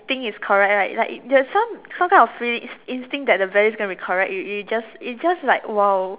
think is correct right like there is some some kind of free instinct that it the value is going to be correct it it just it just !wow!